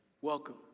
Welcome